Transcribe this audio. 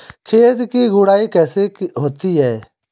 खेत की गुड़ाई कैसे होती हैं?